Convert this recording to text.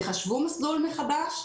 תחשבו מסלול מחדש,